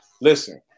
Listen